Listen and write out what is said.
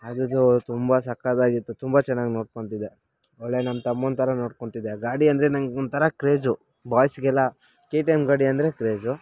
ಅದರದು ತುಂಬ ಸಖತ್ತಾಗಿತ್ತು ತುಂಬ ಚೆನ್ನಾಗಿ ನೋಡ್ಕೊಂತ್ತಿದ್ದೆ ಒಳ್ಳೆಯ ನನ್ನ ತಮ್ಮನ ಥರ ನೋಡ್ಕೊಂತ್ತಿದ್ದೆ ಗಾಡಿ ಅಂದರೆ ನಂಗೆ ಒಂಥರ ಕ್ರೇಝು ಬಾಯ್ಸ್ಗೆಲ್ಲ ಕೆ ಟಿ ಎಮ್ ಗಾಡಿ ಅಂದರೆ ಕ್ರೇಝು